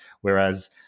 Whereas